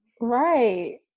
right